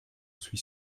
suis